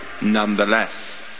Nonetheless